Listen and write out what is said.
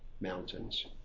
mountains